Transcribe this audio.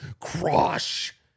crush